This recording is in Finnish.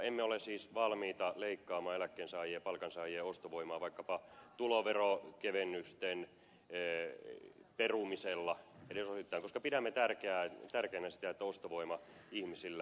emme ole siis valmiita leikkaamaan eläkkeensaajien ja palkansaajien ostovoimaa vaikkapa tuloveronkevennysten perumisella joita pidämme tärkeää tärkeimmistä taustavoima ihmisille